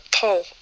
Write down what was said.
pull